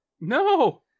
No